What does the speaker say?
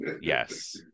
yes